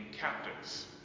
captives